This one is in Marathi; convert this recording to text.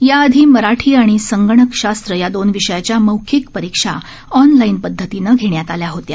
याआधी मराठी आणि संगणकशास्त्र या दोन विषयाच्या मौखिक परीक्षा ऑनलाइन पद्धतीने घेण्यात आल्या होत्या